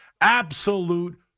Absolute